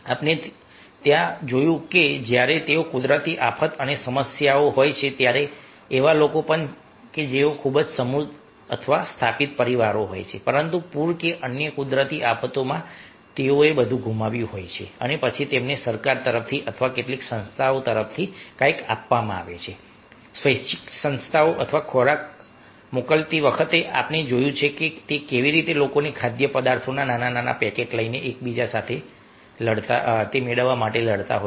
આપણે ત્યાં આપણે જોયું છે કે જ્યારે તેઓ કુદરતી આફત અને સમસ્યાઓમાં હોય છે ત્યારે એવા લોકો પણ કે જેઓ ખૂબ જ સમૃદ્ધ અથવા સ્થાપિત પરિવારો હોય છે પરંતુ પૂર કે અન્ય કુદરતી આફતોમાં તેઓએ બધું ગુમાવ્યું હોય છે અને પછી તેમને સરકાર તરફથી અથવા કેટલીક સંસ્થાઓ તરફથી કંઈક આપવામાં આવે છે સ્વૈચ્છિક સંસ્થાઓ અથવા ખોરાક મોકલતી વખતે આપણે જોયું છે કે કેવી રીતે લોકો ખાદ્યપદાર્થોના નાના પેકેટ લઈને એકબીજા સાથે લડતા હોય છે